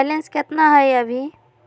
Balance केतना हय अभी?